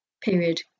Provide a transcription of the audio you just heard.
period